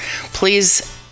please